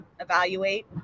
evaluate